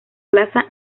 plaza